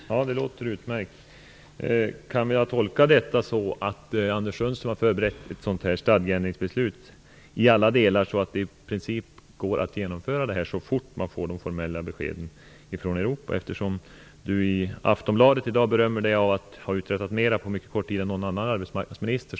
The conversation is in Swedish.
Fru talman! Det låter utmärkt. Kan jag tolka detta så att Anders Sundström har förberett ett stadgeändringsbeslut i alla delar, så att det i princip går att genomföra det här så fort formella besked kommer från Europa? I Aftonbladet i dag berömmer sig ju Anders Sundström av att på mycket kort tid ha uträttat mer än någon annan arbetsmarknadsminister.